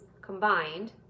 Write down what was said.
combined